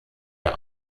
der